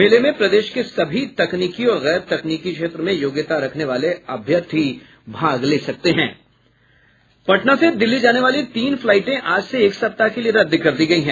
मेले में प्रदेश के सभी तकनीकी और गैर तकनीकी क्षेत्र में योग्यता रखने वाले अभ्यर्थी भाग ले सकते हैं पटना से दिल्ली जाने वाली तीन फ्लाईटें आज से एक सप्ताह के लिए रद्द कर दी गयी हैं